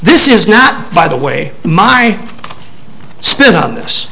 this is not by the way my spin on this